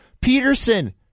Peterson